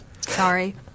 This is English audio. sorry